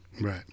right